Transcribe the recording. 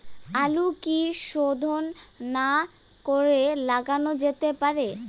আলু কি শোধন না করে লাগানো যেতে পারে?